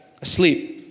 asleep